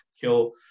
kill